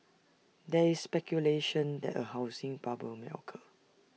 there is speculation that A housing bubble may occur